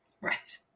Right